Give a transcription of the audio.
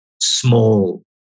small